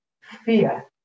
Fear